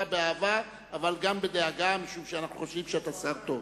באהבה אבל גם בדאגה משום שאנחנו חושבים שאתה שר טוב.